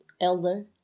elder